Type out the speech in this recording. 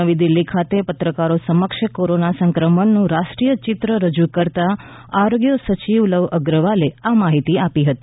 નવી દિલ્લી ખાતે પત્રકારો સમક્ષ કોરોના સંક્રમણનું રાષ્ટ્રીય ચિત્ર રજૂ કરતાં આરોગ્ય સચિવ લવ અગ્રવાલે આ માહિતી આપી હતી